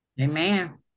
amen